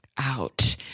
out